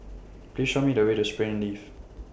Please Show Me The Way to Springleaf